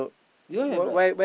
do you all have like